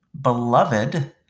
beloved